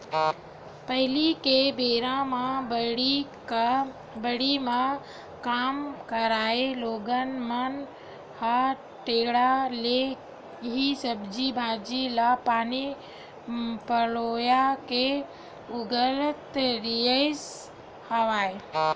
पहिली के बेरा म बाड़ी म काम करइया लोगन मन ह टेंड़ा ले ही सब्जी भांजी ल पानी पलोय के उगावत रिहिस हवय